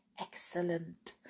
Excellent